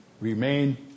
Remain